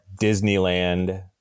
Disneyland